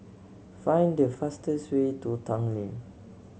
find the fastest way to Tanglin